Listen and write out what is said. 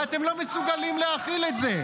-- ואתם לא מסוגלים להכיל את זה.